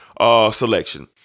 selection